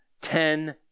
ten